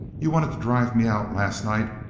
you wanted to drive me out last night.